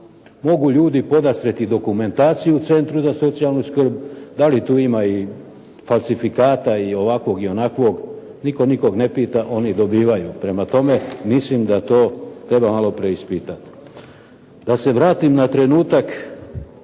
Mogu ljudi podastrijeti dokumentaciju centru za socijalnu skrb, da li tu ima falsifikata i ovakvog i onakvog. Nitko nikoga ne pita, oni dobivaju. Prema tome, mislim da to treba malo preispitati. Da se vratim na trenutak